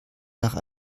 nach